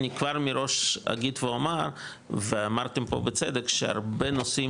אני כבר מראש אגיד ואומר ואמרתם פה בצדק שהרבה נושאים,